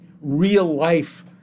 real-life